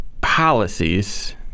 policies